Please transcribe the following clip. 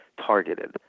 targeted